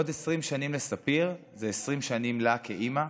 עוד 20 שנים לספיר זה 20 שנים לה כאימא,